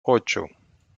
ocho